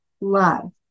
love